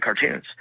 cartoons